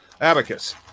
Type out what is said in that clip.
abacus